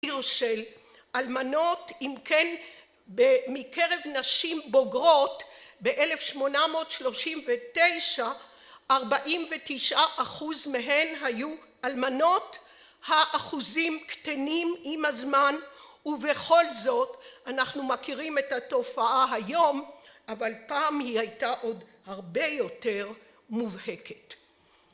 של אלמנות אם כן מקרב נשים בוגרות ב-1839 ארבעים ותשעה אחוז מהן היו אלמנות האחוזים קטנים עם הזמן ובכל זאת אנחנו מכירים את התופעה היום אבל פעם היא הייתה עוד הרבה יותר מובהקת.